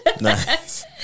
Nice